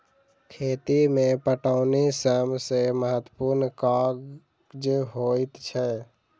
खेती मे पटौनी सभ सॅ महत्त्वपूर्ण काज होइत छै